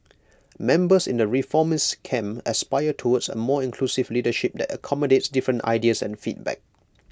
members in the reformist camp aspire towards A more inclusive leadership that accommodates different ideas and feedback